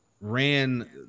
ran